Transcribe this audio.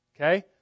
Okay